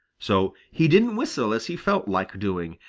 so he didn't whistle as he felt like doing,